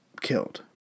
killed